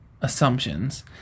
assumptions